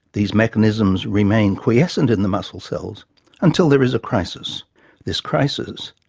these mechanisms remain quiescent in the muscle cells until there is a crisis this crisis,